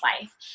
Life